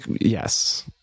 yes